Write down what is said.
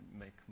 make